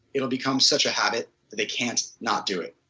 it will become such a habit that they can't not do it.